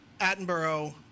Attenborough